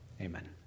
Amen